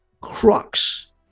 crux